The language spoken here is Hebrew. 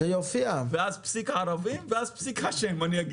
ואז: פסיק "ערבים" ואז: פסיק השם.